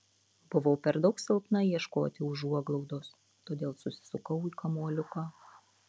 buvau per daug silpna ieškoti užuoglaudos todėl susisukau į kamuoliuką